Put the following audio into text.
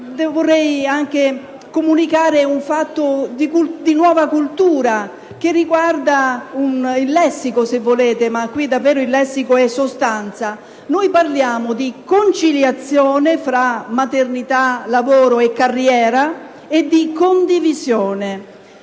Vorrei anche comunicare un fatto di nuova cultura, che riguarda il lessico, se volete: ma qui, davvero, il lessico è sostanza. Parliamo di conciliazione fra maternità, lavoro e carriera, e di condivisione.